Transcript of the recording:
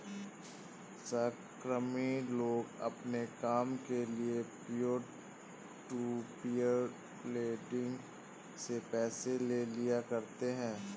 सहकर्मी लोग अपने काम के लिये पीयर टू पीयर लेंडिंग से पैसे ले लिया करते है